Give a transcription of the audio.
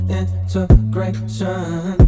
integration